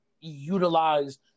utilize